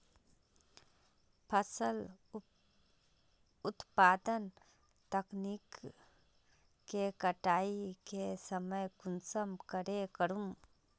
फसल उत्पादन तकनीक के कटाई के समय कुंसम करे करूम?